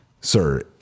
sir